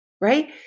Right